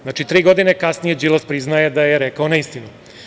Znači, tri godine kasnije Đilas priznaje da je rekao neistinu.